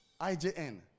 IJN